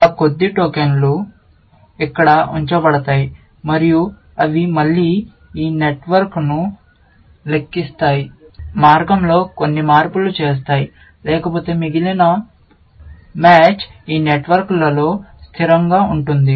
ఆ కొద్ది టోకెన్లు ఇక్కడ ఉంచబడతాయి మరియు అవి మళ్ళీ ఈ నెట్వర్క్ను లెక్కిస్తారు పెడతాయి మార్గంలో కొన్ని మార్పులు చేస్తాయి లేకపోతే మిగిలిన మ్యాచ్ ఈ నెట్వర్క్లలో స్థిరంగా ఉంటుంది